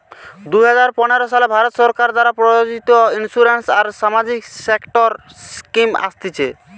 দুই হাজার পনের সালে ভারত সরকার দ্বারা প্রযোজিত ইন্সুরেন্স আর সামাজিক সেক্টর স্কিম আসতিছে